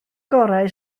gorau